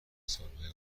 سالهای